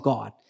God